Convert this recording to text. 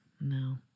No